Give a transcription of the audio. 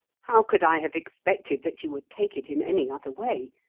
how could i have expected that you would take it in any other way,